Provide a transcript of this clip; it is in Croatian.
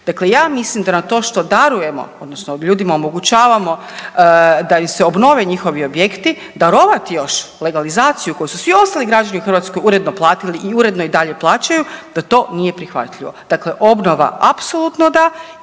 Dakle ja mislim da na to što darujemo, odnosno ljudima omogućavamo da im se obnove njihovi objekti, darovati još legalizaciju koju su svi ostali građani u Hrvatskoj uredno platili i uredno i dalje plaćaju, da to nije prihvatljivo. Dakle, obnova, apsolutno da,